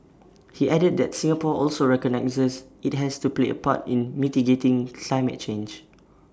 he added that Singapore also recognises IT has to play A part in mitigating climate change